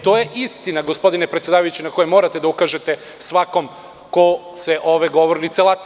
To je istina, gospodine predsedavajući, na koju morate da ukažete svakom ko se ove govornice lati.